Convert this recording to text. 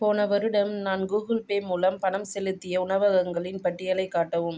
போன வருடம் நான் கூகுள் பே மூலம் பணம் செலுத்திய உணவகங்களின் பட்டியலைக் காட்டவும்